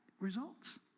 results